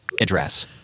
Address